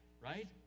right